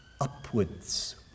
upwards